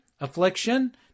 affliction